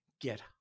get